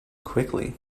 quickly